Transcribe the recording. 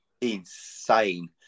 insane